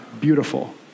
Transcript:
beautiful